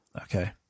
Okay